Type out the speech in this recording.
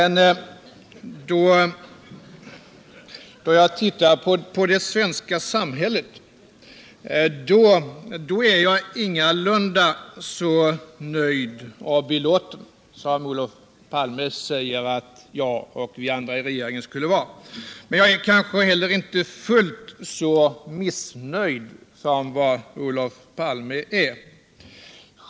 När jag ser på det svenska samhället är jag emellertid ingalunda så nöjd och belåten som Olof Palme säger att jag och övriga i regeringen är. Jag är kanske inte heller fullt så missnöjd som Olof Palme är.